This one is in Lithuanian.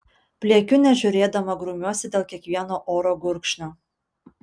pliekiu nežiūrėdama grumiuosi dėl kiekvieno oro gurkšnio